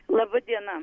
laba diena